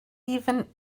even